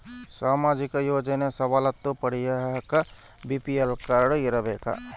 ಸಾಮಾಜಿಕ ಯೋಜನೆ ಸವಲತ್ತು ಪಡಿಯಾಕ ಬಿ.ಪಿ.ಎಲ್ ಕಾಡ್೯ ಇರಬೇಕಾ?